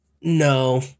no